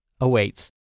awaits